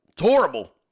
horrible